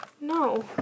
no